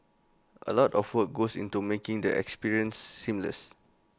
A lot of work goes into making the experience seamless